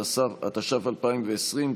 התש"ף 2020,